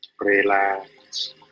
relax